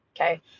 Okay